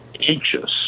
anxious